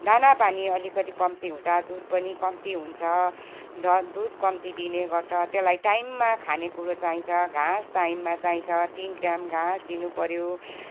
दानापानी अलिकति कम्ती हुँदा दुध पनि कम्ती हुन्छ द दुध कम्ती दिने गर्छ त्यलाई टाइममा खानेकुरो चाहिन्छ घाँस टाइममा चाहिन्छ तिन टाइम घाँस दिनु पर्यो